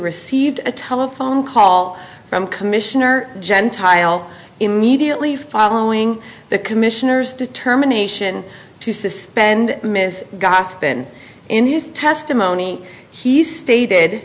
received a telephone call from commissioner gentile immediately following the commissioner's determination to suspend miss gossip and in his testimony he stated